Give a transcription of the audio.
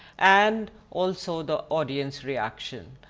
and also the audience reaction.